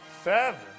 Seven